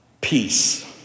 peace